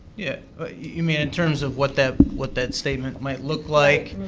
yeah ah you mean in terms of what that what that statement might look like